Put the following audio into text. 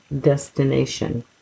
destination